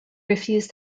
refused